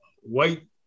white